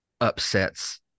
upsets